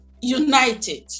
united